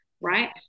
right